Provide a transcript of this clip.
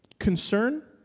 concern